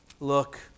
Look